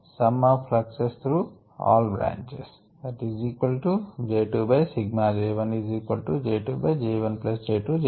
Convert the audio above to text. J 2 by J 1 plus J 2 plus J 3 ఇదే split ratio